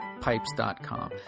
pipes.com